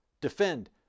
defend